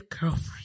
girlfriend